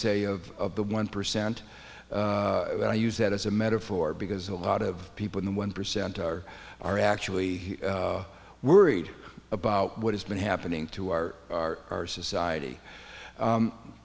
say of the one percent i use that as a metaphor because a lot of people in the one percent are are actually worried about what has been happening to our our our society